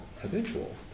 habitual